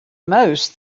most